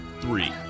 three